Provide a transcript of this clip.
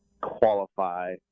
qualify